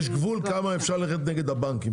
יש גבול כמה אפשר ללכת נגד הבנקים,